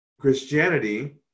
Christianity